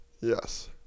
yes